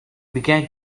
began